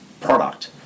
product